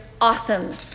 awesome